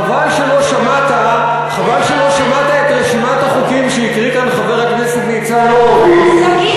חבל שלא שמעת את רשימת החוקים שהקריא כאן חבר הכנסת ניצן הורוביץ,